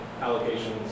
allocations